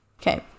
Okay